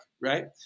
right